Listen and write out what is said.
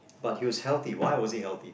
but he was healthy why was he healthy